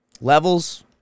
Levels